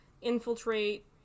infiltrate